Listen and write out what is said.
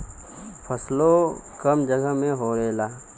फसलो कम जगह मे होएला